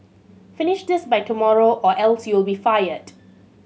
finish this by tomorrow or else you'll be fired